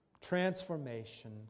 Transformation